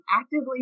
actively